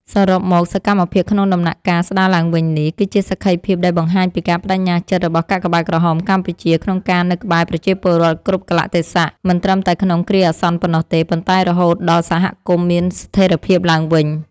សរុបមក សកម្មភាពក្នុងដំណាក់កាលស្ដារឡើងវិញនេះ គឺជាសក្ខីភាពដែលបង្ហាញពីការប្ដេជ្ញាចិត្តរបស់កាកបាទក្រហមកម្ពុជា ក្នុងការនៅក្បែរប្រជាពលរដ្ឋគ្រប់កាលៈទេសៈ មិនត្រឹមតែក្នុងគ្រាអាសន្នប៉ុណ្ណោះទេ ប៉ុន្តែរហូតដល់សហគមន៍មានស្ថិរភាពឡើងវិញ។